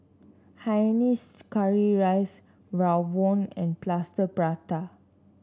Hainanese Curry Rice rawon and Plaster Prata